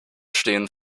stehen